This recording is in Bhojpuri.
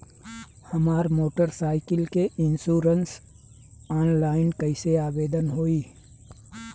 हमार मोटर साइकिल के इन्शुरन्सऑनलाइन कईसे आवेदन होई?